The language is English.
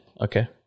Okay